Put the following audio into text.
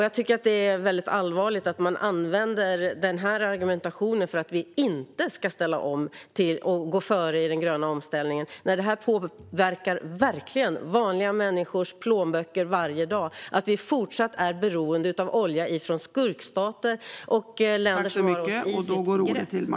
Jag tycker att det är väldigt allvarligt att man använder denna argumentation för att vi inte ska ställa om och gå före i den gröna omställningen när det verkligen påverkar vanliga människors plånböcker varje dag att vi fortfarande är beroende av olja från skurkstater och länder som har oss i sitt grepp.